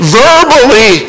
verbally